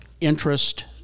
Interest